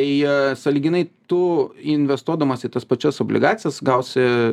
tai sąlyginai tu investuodamas į tas pačias obligacijas gausi